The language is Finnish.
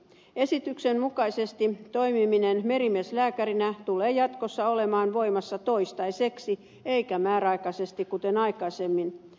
esityksen mukaisesti toimiminen merimieslääkärinä tulee jatkossa olemaan voimassa toistaiseksi eikä määräaikaisesti kuten aikaisemmin